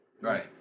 Right